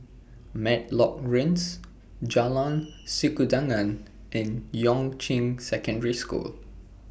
Matlock Rise Jalan Sikudangan and Yuan Ching Secondary School